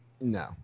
No